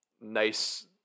nice